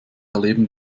erleben